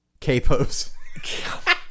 Capos